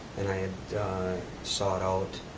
and i had sought out.